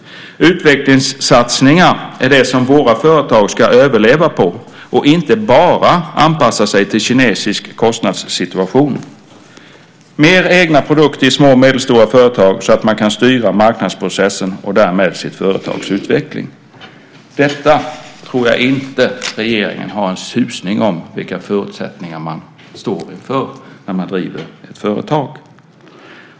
Utvecklingssatsningar är det som våra företag ska överleva på och inte bara anpassa sig till kinesisk kostnadssituation. Det behövs mer egna produkter i små och medelstora företag så att man kan styra marknadsprocessen och därmed sitt företags utveckling. Jag tror inte att regeringen har en susning om vilka förutsättningar man står inför när man driver ett företag.